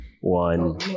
one